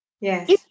yes